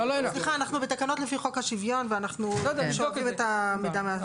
אנחנו בתקנות לפי חוק השוויון ואנחנו שואבים את המידע משם.